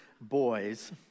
boys